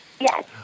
Yes